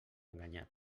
enganyat